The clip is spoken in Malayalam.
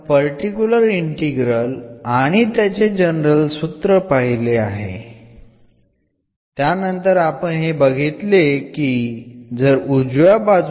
പർട്ടിക്കുലർ ഇന്റഗ്രൽ എന്താണെന്ന് നമ്മൾ കണ്ടു